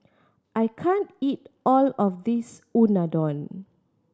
I can't eat all of this Unadon